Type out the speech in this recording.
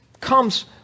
comes